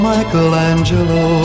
Michelangelo